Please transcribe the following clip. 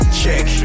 check